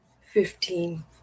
fifteen